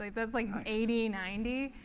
that's like eighty, ninety,